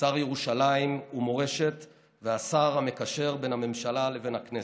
שר ירושלים ומורשת והשר המקשר בין הממשלה לבין הכנסת,